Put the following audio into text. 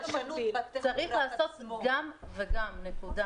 צריך לעשות גם וגם, נקודה.